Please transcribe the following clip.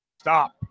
stop